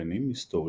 ובו שכנים מסתוריים